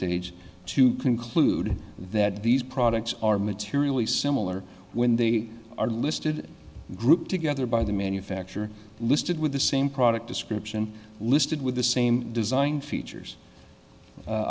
stage to conclude that these products are materially similar when they are listed grouped together by the manufacturer listed with the same product description listed with the same design features